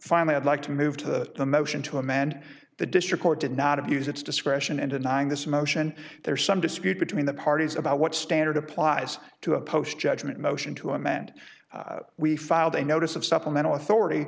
finally i'd like to move to the motion to amend the district court did not abuse its discretion and denying this motion there is some dispute between the parties about what standard applies to a post judgment motion to amend we filed a notice of supplemental authority